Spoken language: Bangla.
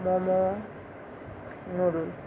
মোমো নুডুলস